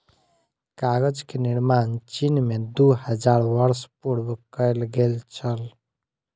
कागज के निर्माण चीन में दू हजार वर्ष पूर्व कएल गेल छल